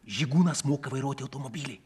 žygūnas moka vairuoti automobilį